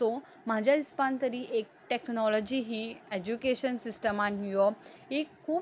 so म्हज्या इसपान तरी एक टॅक्नोलॉजी ही एज्युकेशन सिस्टमान येवप ही एक